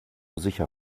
sicher